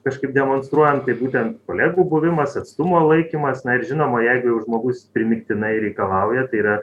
kažkaip demonstruojam tai būtent kolegų buvimas atstumo laikymas na ir žinoma jeigu jau žmogus primygtinai reikalauja tai yra